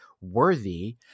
worthy